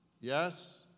Yes